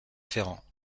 ferrand